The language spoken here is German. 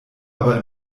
aber